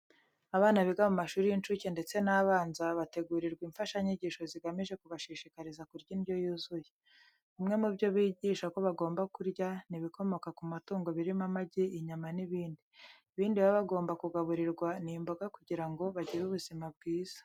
Abana biga mu mashuri y'inshuke ndetse n'abanza bategurirwa imfashanyigisho zigamije kubashishikariza kurya indyo yuzuye. Bimwe mu byo bigisha ko bagomba kurya ni ibikomoka ku matungo birimo amagi, inyama n'ibindi. Ibindi baba bagomba kugaburirwa ni imboga kugira ngo bagire ubuzima bwiza.